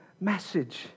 message